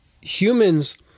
humans